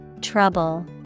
Trouble